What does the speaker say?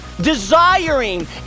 desiring